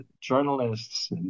journalists